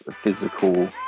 physical